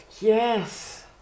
Yes